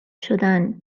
شدن